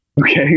okay